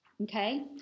okay